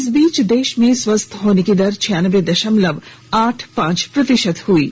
इस बीच देश में स्वस्थ होने की दर छियानबे दशमलव आठ पांच प्रतिशत है